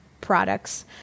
Products